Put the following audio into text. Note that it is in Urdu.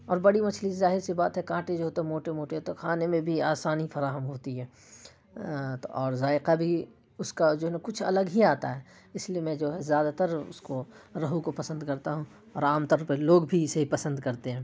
اور بڑی مچھلی ظاہر سی بات ہے کانٹے جو ہوتے ہیں موٹے موٹے ہوتے ہیں تو کھانے میں بھی آسانی فراہم ہوتی ہے تو اور ذائقہ بھی اس کا جو ہے نا کچھ الگ ہی آتا ہے اس لیے میں جو ہے زیادہ تر اس کو روہو کو پسند کرتا ہوں اور عام طور پہ لوگ بھی اسے پسند کرتے ہیں